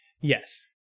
Yes